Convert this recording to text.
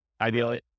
Ideally